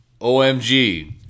OMG